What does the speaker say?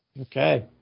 Okay